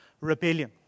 rebellion